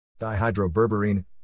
Dihydroberberine